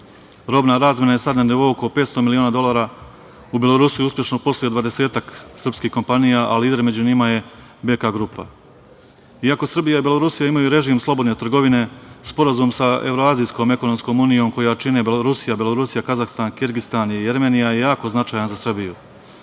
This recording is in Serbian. Robna razmena je sada na nivou oko 500 miliona dolara. U Belorusiji uspešno posluje dvadesetak srpskih kompanija, a lider među njima je BK grupa. Iako Srbija i Belorusija imaju režim slobodne trgovine, Sporazum sa Evroazijskom ekonomskom unijom, koju čine Rusija, Belorusija, Kazahstan, Kirgistan i Jermenija je jako značajan za Srbiju.